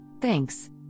Thanks